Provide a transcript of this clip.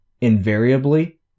Invariably